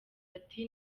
ati